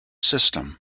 system